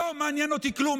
לא מעניין אותי כלום.